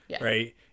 right